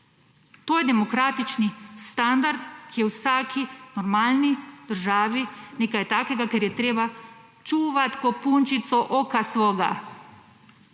To je demokratični standard, ki je v vsaki normalni državi nekaj takega, ker je treba čuvati ko punčico oka svoga,